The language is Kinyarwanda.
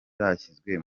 zashyizwe